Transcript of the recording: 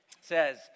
says